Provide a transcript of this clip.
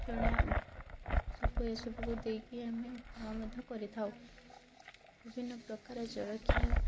ଚଣା ଏସବୁକୁ ଦେଇକି ଆମେ ଉପମା ମଧ୍ୟ କରିଥାଉ ବିଭିନ୍ନ ପ୍ରକାର ଜଳଖିଆ